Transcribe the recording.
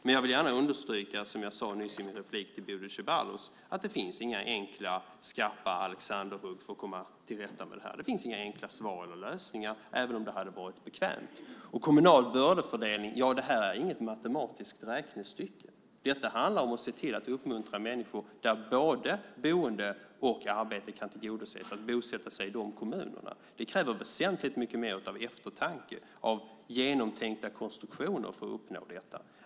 Men jag vill gärna understryka, som jag sade nyss i min replik till Bodil Ceballos, att det inte finns några enkla skarpa Alexanderhugg för att komma till rätta med det här. Det finns inga enkla svar eller lösningar, även om det hade varit bekvämt. Kommunal bördefördelning är inte något matematiskt räknestycke. Det handlar om att se till att uppmuntra människor att bosätta sig i de kommuner där både boende och arbete kan tillgodoses. Det kräver väsentligt mycket mer av eftertanke och genomtänkta konstruktioner för att uppnå detta.